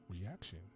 reaction